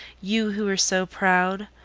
you who were so proud!